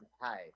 Hi